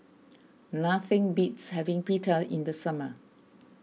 nothing beats having Pita in the summer